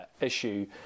issue